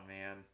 man